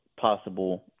possible